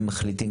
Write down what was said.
אם מחליטים,